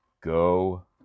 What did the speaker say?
Go